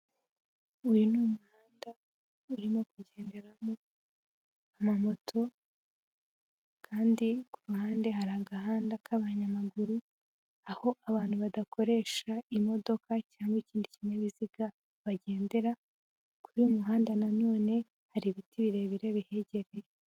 Uyu ni umuhanda urimo kugenderamo amamoto kandi ku ruhande hari agahanda k'abanyamaguru aho abantu badakoresha imodoka cyangwa ikindi kinyabiziga bagendera, kuri uyu muhanda na none hari ibiti birebire bihegereye.